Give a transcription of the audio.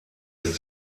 ist